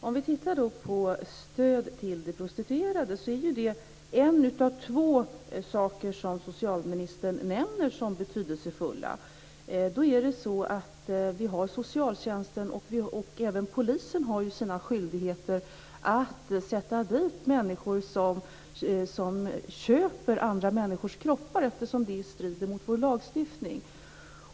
Fru talman! Stöd till de prostituerade är en av de två saker som socialministern nämner som betydelsefulla. Socialtjänsten och även polisen har skyldighet att sätta dit människor som köper andra människors kroppar, eftersom det är strider mot vår lagstiftning.